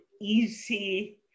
easy